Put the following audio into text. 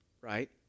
right